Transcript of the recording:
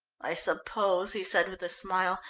i suppose, he said with a smile,